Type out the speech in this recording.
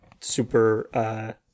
super